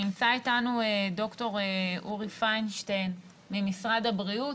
נמצא איתנו ד"ר אורי פיינשטיין ממשרד הבריאות.